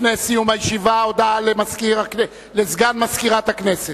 לפני סיום הישיבה, הודעה לסגן מזכירת הכנסת.